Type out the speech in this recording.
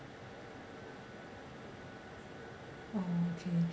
oh okay